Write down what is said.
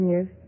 Yes